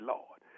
Lord